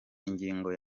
ingingo